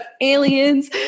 aliens